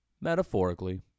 metaphorically